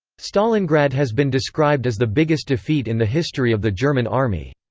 stalingrad has been described as the biggest defeat in the history of the german army.